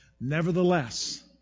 Nevertheless